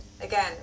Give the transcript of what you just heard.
again